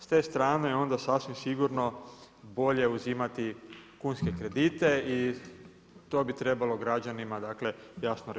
S te strane onda sasvim sigurno bolje uzimati kunske kredite i to bi trebalo građanima jasno reći.